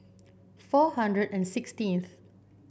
four hundred and sixteenth